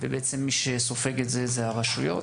ומי שסופג את זה הן הרשויות.